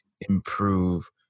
improve